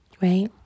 right